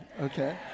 okay